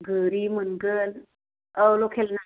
गोरि मोनगोन औ लकेल ना